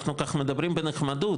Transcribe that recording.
אנחנו כך מדברים בנחמדות,